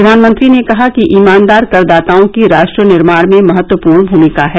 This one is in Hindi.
प्रधानमंत्री ने कहा कि ईमानदार करदाताओं की राष्ट्र निर्माण में महत्वपूर्ण भूमिका है